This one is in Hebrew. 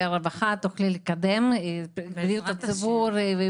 הרווחה תוכלי לקדם את בריאות הציבור.